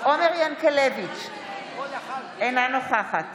עומר ינקלביץ' אינה נוכחת